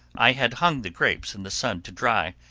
i had hung the grapes in the sun to dry,